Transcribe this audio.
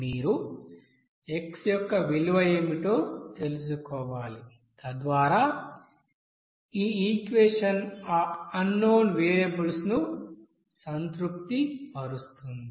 మీరు x యొక్క విలువ ఏమిటో తెలుసుకోవాలి తద్వారా ఈ ఈక్వెషన్ ఆ అన్ నోన్ వేరియబుల్స్ను సంతృప్తిపరుస్తుంది